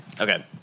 Okay